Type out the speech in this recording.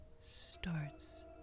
starts